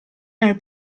nel